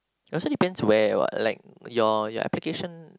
it also depends where what like your your application